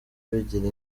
bigira